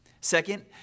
Second